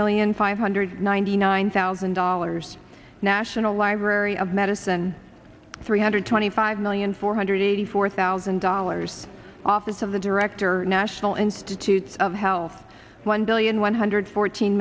million five hundred ninety nine thousand dollars national library of medicine three hundred twenty five million four hundred eighty four thousand dollars office of the director national institutes of health one billion one hundred fourteen